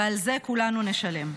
ועל זה כולנו נשלם.